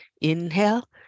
inhale